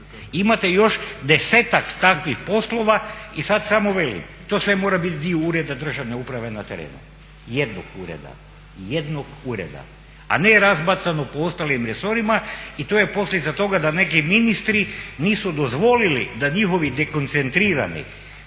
Imate još desetak takvih poslova i sada samo velim to sve mora biti dio ureda državne uprave na terenu, jednog ureda, a ne razbacanog po ostalim resorima. I to je posljedica toga da neki ministri nisu dozvolili da njihovi dekoncentrirani